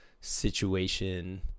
situation